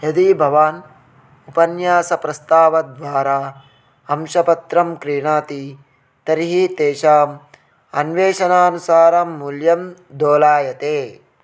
यदि भवान् उपन्यासप्रस्तावद्वारा अंशपत्रं क्रीणाति तर्हि तेषाम् अन्वेषणानुसारं मूल्यं दोलायते